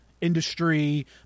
industry